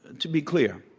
to be clear,